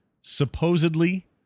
supposedly